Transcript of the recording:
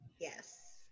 Yes